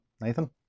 Nathan